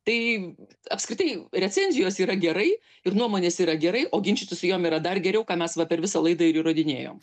tai apskritai recenzijos yra gerai ir nuomonės yra gerai o ginčytis su jom yra dar geriau ką mes va per visą laidą ir įrodinėjom